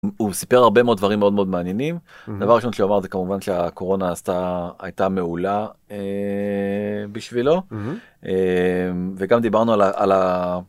הוא סיפר הרבה מאוד דברים מאוד מאוד מעניינים, דבר שהוא אמר זה כמובן שהקורונה עשתה... הייתה מעולה בשבילו, וגם דיברנו על ה...